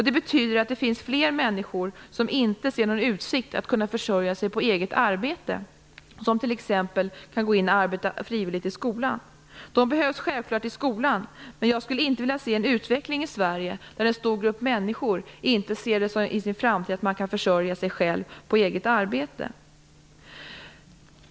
Det betyder att det finns fler människor som inte har någon utsikt att kunna försörja sig på eget arbete och som kan gå in och arbeta frivilligt i t.ex. skolan. De behövs självklart i skolan, men jag skulle inte vilja se en utveckling i Sverige där en stor grupp människor inte ser någon möjlighet att i framtiden försörja sig själva på eget arbete.